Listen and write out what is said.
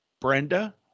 Brenda